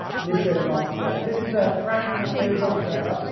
and this goes on forever. this is a fraction that goes on forever,